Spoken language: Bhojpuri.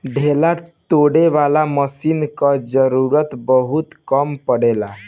ढेला तोड़े वाला मशीन कअ जरूरत बहुत कम पड़ेला